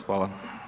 Hvala.